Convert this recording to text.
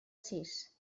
sis